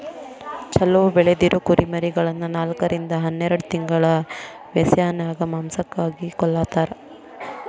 ಚೊಲೋ ಬೆಳದಿರೊ ಕುರಿಮರಿಗಳನ್ನ ನಾಲ್ಕರಿಂದ ಹನ್ನೆರಡ್ ತಿಂಗಳ ವ್ಯಸನ್ಯಾಗ ಮಾಂಸಕ್ಕಾಗಿ ಕೊಲ್ಲತಾರ